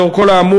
לאור כל האמור,